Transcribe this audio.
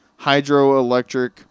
hydroelectric